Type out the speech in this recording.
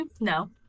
no